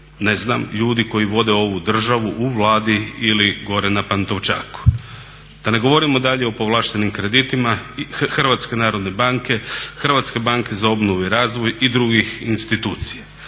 ne znam ljudi koji vode ovu državu u Vladi ili gore na Pantovčaku. Da ne govorimo dalje o povlaštenim kreditima HNB-a, HBOR-a i drugih institucija.